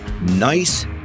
nice